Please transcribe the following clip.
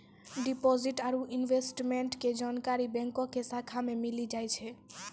deposit आरू investment के जानकारी बैंको के शाखा मे मिली जाय छै